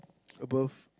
above